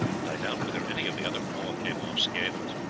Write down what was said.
and i doubt whether any of the other four came off scatheless.